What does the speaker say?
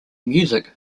music